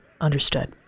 Understood